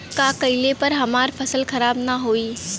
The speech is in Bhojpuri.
का कइला पर हमार फसल खराब ना होयी?